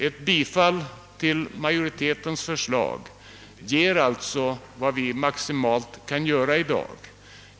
Ett bifall till utskottsmajoritetens förslag innebär att vi gör allt som i dag kan göras.